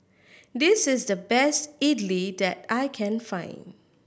this is the best idly that I can find